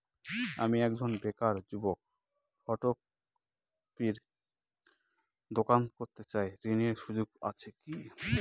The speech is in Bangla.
আমি একজন বেকার যুবক ফটোকপির দোকান করতে চাই ঋণের সুযোগ আছে কি?